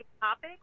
topic